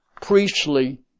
priestly